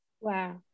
Wow